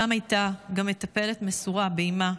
שם הייתה גם מטפלת מסורה באימא,